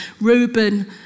Reuben